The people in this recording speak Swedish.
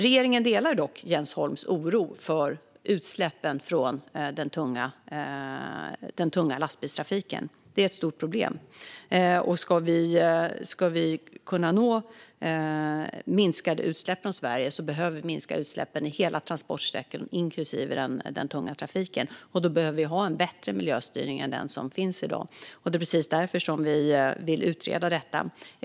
Regeringen delar dock Jens Holms oro gällande utsläppen från den tunga lastbilstrafiken. Det är ett stort problem, och ska vi kunna nå minskade utsläpp i Sverige behöver vi minska utsläppen i hela transportsektorn - inklusive från den tunga trafiken - och då behöver vi ha en bättre miljöstyrning än den som finns i dag. Det är precis därför vi vill utreda detta.